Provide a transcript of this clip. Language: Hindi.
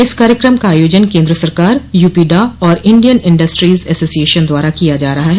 इस कार्यक्रम का आयोजन केन्द्र सरकार यूपीडा और इंडियन इंडस्ट्रीज एसोशियन द्वारा किया जा रहा है